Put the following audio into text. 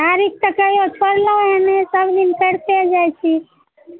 तारिख तऽ कहियौ छोड़लहुॅं हैं नहि सब दिन करिते जाइ छी